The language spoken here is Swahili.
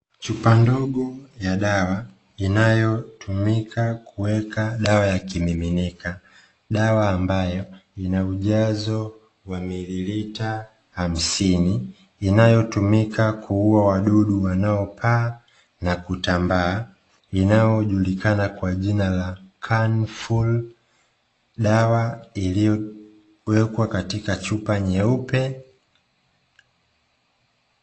Chupa ndogo ya dawa inayo tumika kuweka dawa ya kimiminika, dawa ambayo inaujazo wa mililita hamsini inayo tumika kuuwa wadudu wanao paa na kutambaa inayo julikana kwa jina la kanifulu dawa iliyo wekwa katika chupa nyeupe.